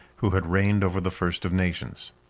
who had reigned over the first of nations.